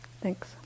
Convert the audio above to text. Thanks